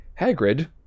Hagrid